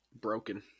broken